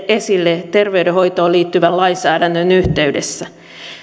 esille terveydenhoitoon liittyvän lainsäädännön yhteydessä